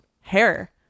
hair